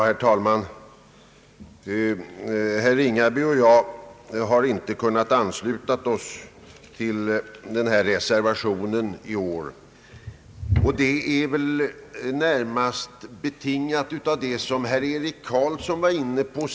Herr talman! Herr Ringaby och jag har inte kunnat ansluta oss till reservationen i år, vilket närmast är betingat av vad herr Eric Carlsson senast var inne på.